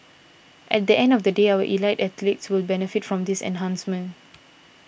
at the end of the day our elite athletes will benefit from this enhancement